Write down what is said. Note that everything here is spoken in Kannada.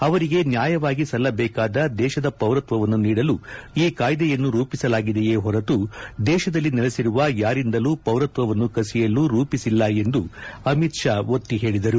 ಅವರಿಗೆ ನ್ತಾಯವಾಗಿ ಸಲ್ಲಬೇಕಾದ ದೇಶದ ಪೌರತ್ವವನ್ನು ನೀಡಲು ಈ ಕಾಯ್ದೆಯನ್ನು ರೂಪಿಸಲಾಗಿದೆಯೇ ಹೊರತು ದೇಶದಲ್ಲಿ ನೆಲೆಸಿರುವ ಯಾರಿಂದಲೂ ಪೌರತ್ವವನ್ನು ಕಸಿಯಲು ರೂಪಿಸಿಲ್ಲ ಎಂದು ಅಮಿತ್ ಷಾ ಒತ್ತಿ ಹೇಳಿದರು